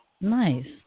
Nice